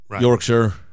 Yorkshire